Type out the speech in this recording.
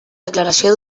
declaració